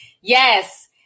Yes